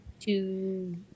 two